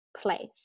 place